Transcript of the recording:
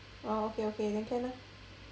orh okay okay then can ah